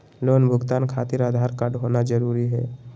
Loan भुगतान खातिर Aadhaar card होना जरूरी है?